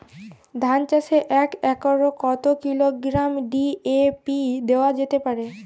ধান চাষে এক একরে কত কিলোগ্রাম ডি.এ.পি দেওয়া যেতে পারে?